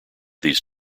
these